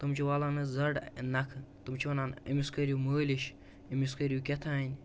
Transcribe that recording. تِم چھِ والان حظ زََڈ نَکھٕ تِم چھِ وَنان أمِس کٔرِو مٲلِش أمِس کٔرِو کیٛاہتانۍ